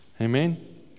Amen